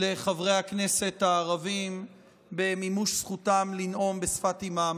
לחברי הכנסת הערבים במימוש זכותם לנאום בשפת אימם.